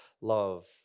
love